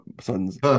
son's